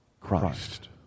Christ